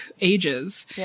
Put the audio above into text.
ages